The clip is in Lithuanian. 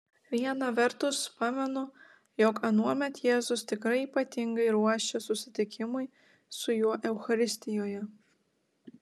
viena vertus pamenu jog anuomet jėzus tikrai ypatingai ruošė susitikimui su juo eucharistijoje